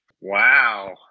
Wow